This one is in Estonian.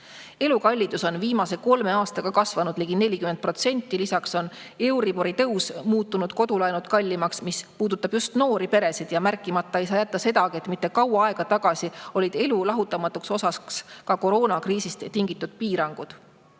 Elukallidus on viimase kolme aastaga kasvanud ligi 40%, lisaks on euribori tõus muutnud kodulaenud kallimaks. Viimane puudutab just noori peresid. Märkimata ei saa jätta sedagi, et mitte kaua aega tagasi olid elu lahutamatuks osaks ka koroonakriisist tingitud piirangud.